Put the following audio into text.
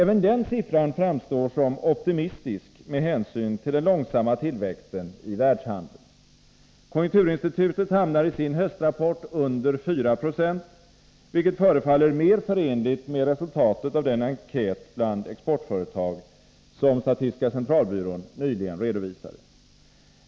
Även denna siffra framstår som optimistisk med hänsyn till den långsamma tillväxten i världshandeln. Konjunkturinstitutet hamnar i sin höstrapport under 4 96, vilket förefaller mer förenligt med resultatet av den enkät bland exportföretag som statistiska centralbyrån nyligen redovisade.